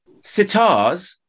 sitars